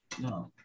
no